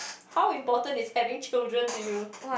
how important is having children to you